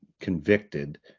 convicted